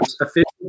official